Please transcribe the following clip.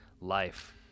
life